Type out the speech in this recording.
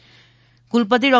એમ કુલપતિ ડો